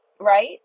Right